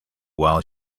while